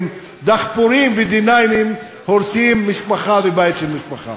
דחפורים ו-9D הורסים משפחה ובית של משפחה?